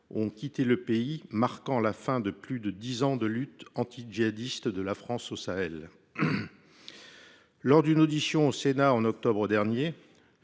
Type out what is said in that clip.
ont quitté le pays, mettant fin à plus de dix ans de lutte anti djihadiste de la France au Sahel. Lors d’une audition au Sénat en octobre dernier,